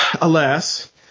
alas